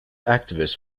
activist